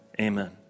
amen